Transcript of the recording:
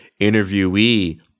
interviewee